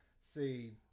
See